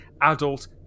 adult